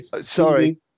Sorry